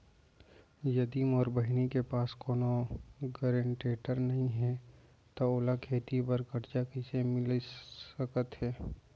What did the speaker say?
यदि मोर बहिनी के पास कोनो गरेंटेटर नई हे त ओला खेती बर कर्जा कईसे मिल सकत हे?